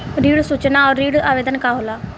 ऋण सूचना और ऋण आवेदन का होला?